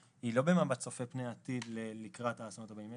במבט צופה פני עתיד לקראת האסונות הבאים.